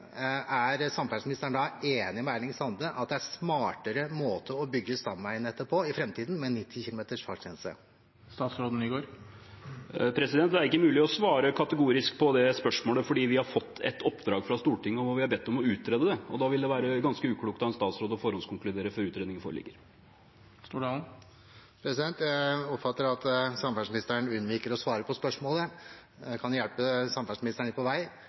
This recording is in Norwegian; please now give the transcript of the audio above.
Er samferdselsministeren enig med Erling Sande i at det er en smartere måte å bygge ut stamveinettet på i framtiden å ha en fartsgrense på 90 km/t? Det er ikke mulig å svare kategorisk på det spørsmålet, for vi har fått et oppdrag fra Stortinget hvor vi er bedt om å utrede det, og da vil det være ganske uklokt av en statsråd å forhåndskonkludere før utredningen foreligger. Jeg oppfatter at samferdselsministeren unnviker å svare på spørsmålet. Jeg kan hjelpe samferdselsministeren litt på vei.